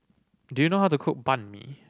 do you know how to cook Banh Mi